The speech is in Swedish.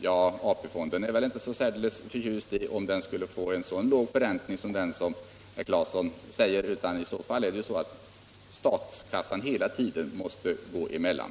Ja, AP fonden blir väl inte särskilt förtjust om den skulle få en så låg förräntning som den herr Claeson talar om, utan i så fall måste statskassan hela tiden gå emellan.